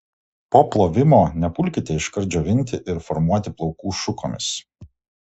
po plovimo nepulkite iškart džiovinti ir formuoti plaukų šukomis